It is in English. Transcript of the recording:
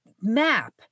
map